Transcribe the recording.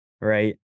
Right